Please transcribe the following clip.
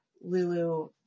Lulu